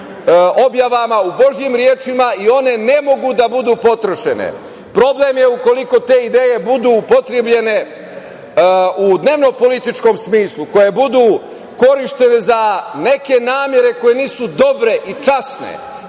u božijim rečima i one ne mogu da budu potrošene. Problem je ukoliko te ideje budu upotrebljene u dnevnopolitičkom smislu, ukoliko budu korišćene za neke namere koje nisu dobre i časne.